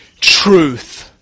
Truth